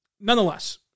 nonetheless